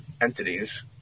entities